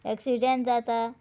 accident जाता